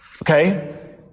Okay